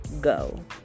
go